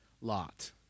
Lot